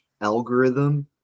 algorithm